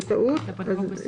את